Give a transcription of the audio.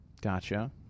Gotcha